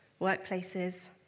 workplaces